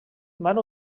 van